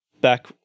back